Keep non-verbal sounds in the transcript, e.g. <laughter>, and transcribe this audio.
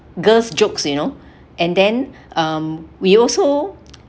girls jokes you know <breath> and then <breath> um we also